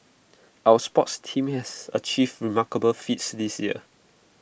our sports teams has achieved remarkable feats this year